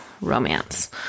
romance